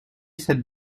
cette